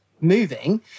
moving